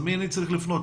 אז למי אני צריך לפנות,